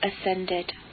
ascended